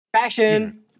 Fashion